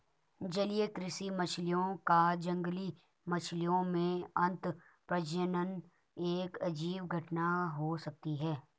जलीय कृषि मछलियों का जंगली मछलियों में अंतःप्रजनन एक अजीब घटना हो सकती है